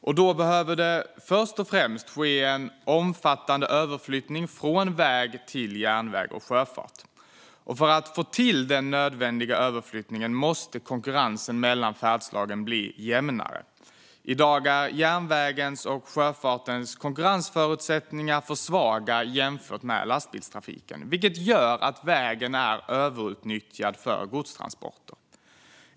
Det behöver först och främst ske en omfattande överflyttning från väg till järnväg och sjöfart. För att få till den nödvändiga överflyttningen måste konkurrensen mellan färdslagen bli jämnare. I dag är järnvägens och sjöfartens konkurrensförutsättningar för svaga jämfört med lastbilstrafikens, vilket gör att vägen är överutnyttjad för godstransporter.